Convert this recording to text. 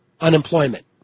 unemployment